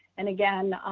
and again,